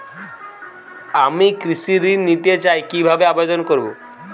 আমি কৃষি ঋণ নিতে চাই কি ভাবে আবেদন করব?